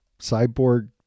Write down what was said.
cyborg